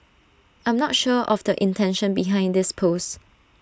I'm not sure of the intention behind this post